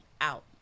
out